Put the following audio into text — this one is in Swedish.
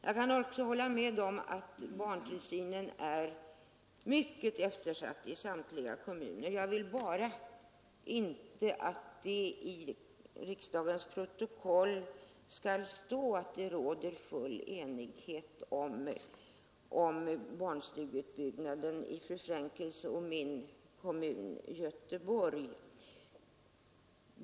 Jag kan också hålla med om att barntillsynen är mycket eftersatt i samtliga kommuner. Jag vill bara inte att det i riksdagens protokoll skall stå att det råder full enighet om barnstugeutbyggnaden i fru Frenkels och min kommun, Göteborg.